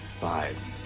five